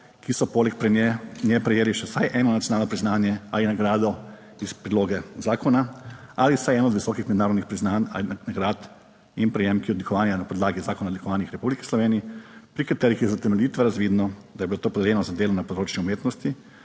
ki so poleg nje prejeli še vsaj eno nacionalno priznanje ali nagrado iz priloge zakona ali vsaj eno od visokih mednarodnih priznanj ali nagrad, in prejemniki odlikovanja na podlagi Zakona o odlikovanjih v Republiki Sloveniji, pri katerih je iz utemeljitve razvidno, da je bilo to podeljeno za delo na področju umetnosti